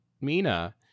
mina